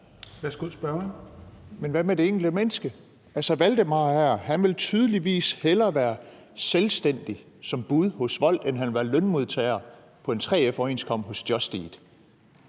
Vanopslagh (LA): Men hvad med det enkelte menneske? Valdemar her vil tydeligvis hellere være selvstændig som bud hos Wolt, end han vil være lønmodtager på en 3F-overenskomst hos Just Eat.